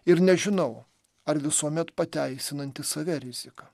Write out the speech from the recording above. ir nežinau ar visuomet pateisinanti save rizika